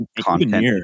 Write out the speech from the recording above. content